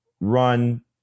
run